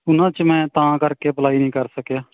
ਉਹਨਾਂ 'ਚ ਮੈਂ ਤਾਂ ਕਰਕੇ ਅਪਲਾਈ ਨਹੀਂ ਕਰ ਸਕਿਆ